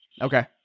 Okay